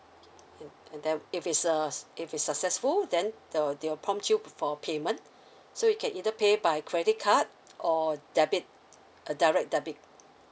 and and then if it's err if it's successful then they will they will prompt you before payment so you can either pay by credit card or debit a direct debit